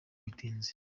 bitinze